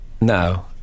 No